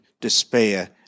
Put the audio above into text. despair